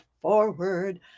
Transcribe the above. forward